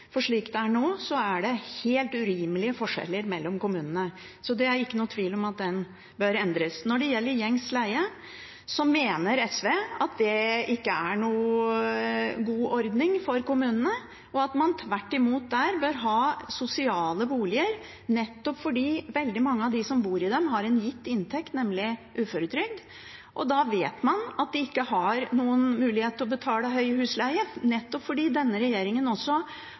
for slik det er nå, er det helt urimelige forskjeller mellom kommunene. Så det er ikke noen tvil om at den bør endres. Når det gjelder gjengs leie, mener SV at det ikke er noen god ordning for kommunene, og at man tvert imot der bør ha sosiale boliger, nettopp fordi veldig mange av dem som bor i dem, har en gitt inntekt, nemlig uføretrygd. Da vet man at de ikke har noen mulighet til å betale høy husleie – nettopp fordi denne regjeringen også